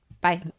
Bye